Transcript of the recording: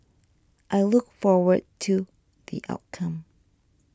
I look forward to the outcome